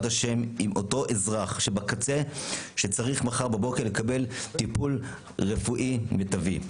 השם עם אותו אזרח בקצה שצריך מחר בבוקר לקבל טיפול רפואי מיטבי.